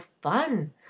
fun